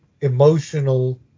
emotional